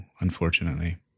unfortunately